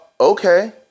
okay